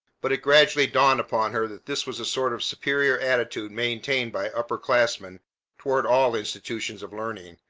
but it gradually dawned upon her that this was a sort of superior attitude maintained by upper-class men toward all institutions of learning,